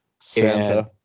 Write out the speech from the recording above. Santa